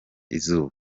izuba